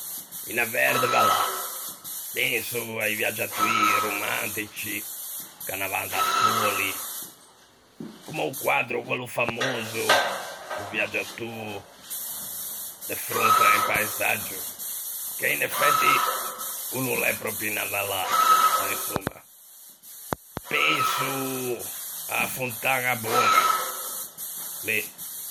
Unna verde vallâ, penso a-i viægiatoî romantici, che anavan da soli, comme o quaddro quello famoso do viægiatô de fronte à un paisaggio, che in effetti o no l'é pròpio unna vallâ, ma insomma. Penso a-a Fontañaboña, lì.